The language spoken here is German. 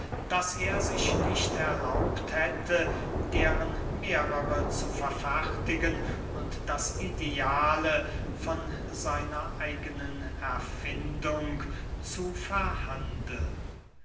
daß er sich nicht erlaubt hätte deren mehrere zu verfertigen und als ideale seiner eigenen erfindung zu verhandeln